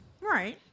Right